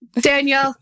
Daniel